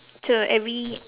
so every